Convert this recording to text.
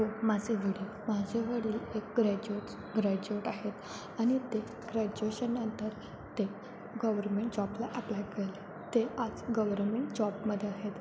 हो माझे वडील माझे वडील एक ग्रॅज्युएट्स ग्रॅज्युएट आहेत आनि ते ग्रॅज्युएशननंतर ते गव्हर्मेंट जॉबला ॲप्लाय केले ते आज गव्हर्मेंट जॉबमध्ये आहेत